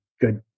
good